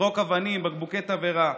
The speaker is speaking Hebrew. לזרוק אבנים, בקבוקי תבערה.